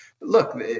Look